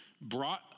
brought